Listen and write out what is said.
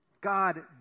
God